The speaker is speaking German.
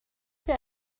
wir